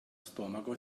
stomaco